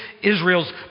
Israel's